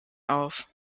auf